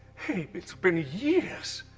it's been years!